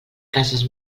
cases